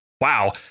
wow